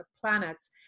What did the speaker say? planets